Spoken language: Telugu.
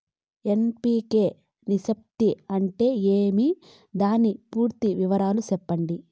ఎన్.పి.కె నిష్పత్తి అంటే ఏమి దాని పూర్తి వివరాలు సెప్పండి?